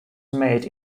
made